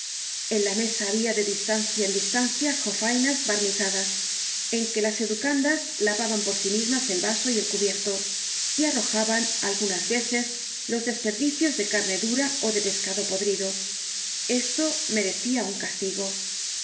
en la mesa habia de distancia en distancia jofainas barnizadas en que las educandas lavaban por si mismas el vaso y el cubierto y arrojaban algunas veces los desperdicios de carne dura de pescado podrido esto merecia un castigo